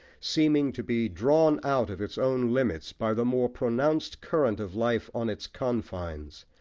seeming to be drawn out of its own limits by the more pronounced current of life on its confines,